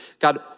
God